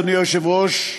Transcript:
אדוני היושב-ראש,